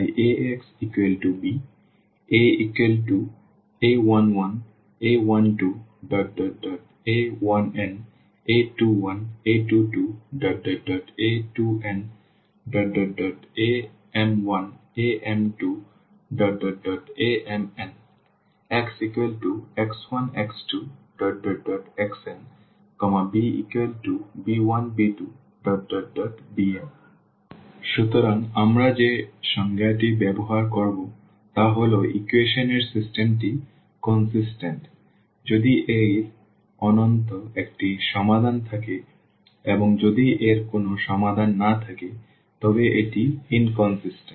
তাই Axb A a11 a12 a1n a21 a22 a2n ⋱ am1 am2 amn xx1 x2 xn b b1 b2 bm সুতরাং আমরা যে সংজ্ঞাটি ব্যবহার করব তা হল ইকুয়েশন এর সিস্টেমটি কন্সিস্টেন্ট যদি এর অন্তত একটি সমাধান থাকে এবং যদি এর কোনও সমাধান না থাকে তবে এটি ইনকন্সিস্টেন্ট